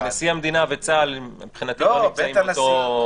כי נשיא המדינה וצה"ל הם מבחינתי לא נמצאים באותו מקום.